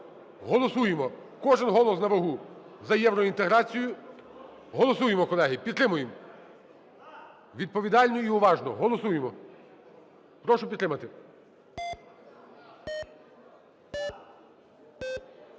Голосуємо, кожен голос на вагу, за євроінтеграцію. Голосуємо, колеги, підтримуємо відповідально і уважно. Голосуємо. Прошу підтримати.